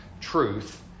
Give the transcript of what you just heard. truth